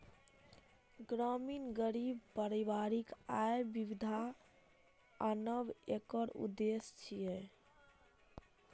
ग्रामीण गरीब परिवारक आय मे विविधता आनब एकर उद्देश्य छियै